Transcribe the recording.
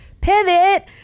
pivot